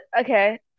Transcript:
Okay